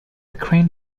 crane